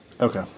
Okay